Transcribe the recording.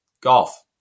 golf